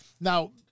Now